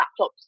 laptops